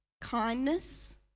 kindness